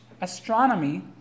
astronomy